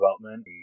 development